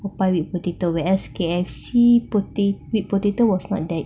popeyes with potato whereas K_F_C pota~ whipped potato was not that